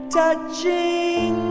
touching